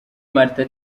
martin